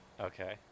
Okay